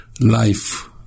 life